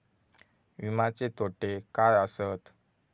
विमाचे तोटे काय आसत?